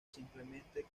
simplemente